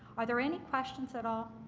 are there any questions at all